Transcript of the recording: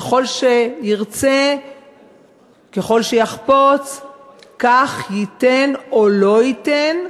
ככל שירצה כך ייתן או לא ייתן,